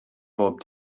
bob